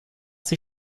sie